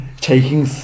taking